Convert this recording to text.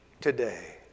today